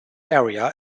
area